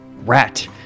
Rat